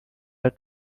are